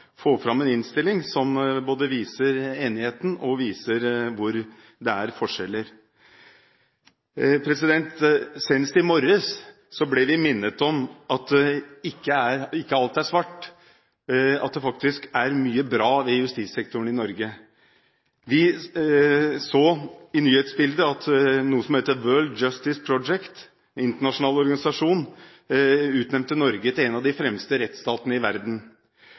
får fram en innstilling som både viser enighet og forskjeller. Senest i morges ble vi minnet om at ikke alt er svart – at det faktisk er mye bra ved justissektoren i Norge. Vi så i nyhetsbildet at noe som heter World Justice Project – en internasjonal organisasjon – utnevnte Norge til en av de fremste rettsstatene i